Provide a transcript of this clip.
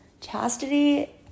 Chastity